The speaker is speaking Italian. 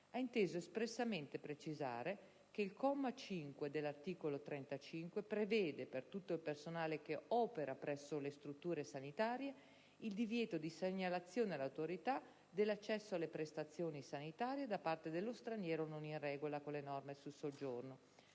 ha inteso espressamente precisare che il comma 5 dell'articolo 35 prevede, per tutto il personale che opera presso le strutture sanitarie, il divieto di segnalazione all'autorità dell'accesso alle prestazioni sanitarie da parte dello straniero non in regola con le norme sul soggiorno,